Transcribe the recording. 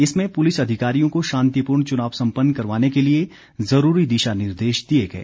इसमें पुलिस अधिकारियों को शांतिपूर्ण चुनाव सम्पन्न करवाने के लिए जुरूरी दिशा निर्देश दिए गए